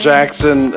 Jackson